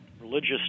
religious